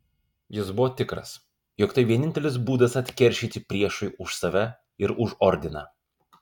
jis buvo tikras jog tai vienintelis būdas atkeršyti priešui už save ir už ordiną